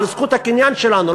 על זכות הקניין שלנו,